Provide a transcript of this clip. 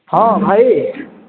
ହଁ ଭାଇ